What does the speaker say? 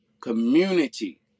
community